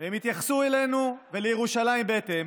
והם התייחסו אלינו ולירושלים בהתאם.